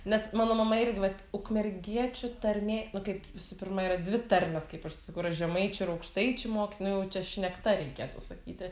nes mano mama irgi vat ukmergiečių tarmė kaip visų pirma yra dvi tarmės kaip aš sakau yra žemaičių ir aukštaičių moksl nu jau čia šnekta reikėtų sakyti